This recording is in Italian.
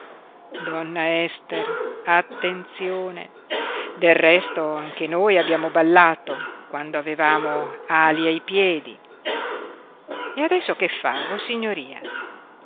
donna ester attenzione del resto anche noi abbiamo ballato quando avevamo ali ai piedi e adesso che fa vossignoria